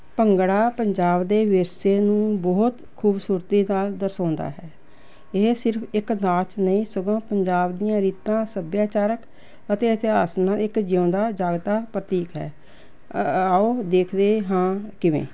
ਭੰਗੜਾ ਪੰਜਾਬ ਦੇ ਵਿਰਸੇ ਨੂੰ ਬਹੁਤ ਖੂਬਸੂਰਤੀ ਨਾਲ ਦਰਸਾਉਂਦਾ ਹੈ ਇਹ ਸਿਰਫ ਇੱਕ ਨਾਚ ਨਹੀਂ ਸਗੋਂ ਪੰਜਾਬ ਦੀਆਂ ਰੀਤਾਂ ਸੱਭਿਆਚਾਰਕ ਅਤੇ ਇਤਿਹਾਸ ਨਾਲ ਇੱਕ ਜਿਉਂਦਾ ਜਾਗਤਾ ਪ੍ਰਤੀਕ ਹੈ ਆਓ ਦੇਖਦੇ ਹਾਂ ਕਿਵੇਂ